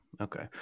Okay